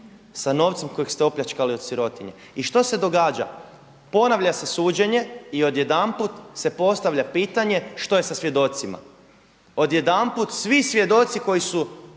sa novcem kojeg ste opljačkali od sirotinje. I što se događa? Ponavlja se suđenje i odjedanput se postavlja pitanje što je sa svjedocima? Odjedanput svi svjedoci koji su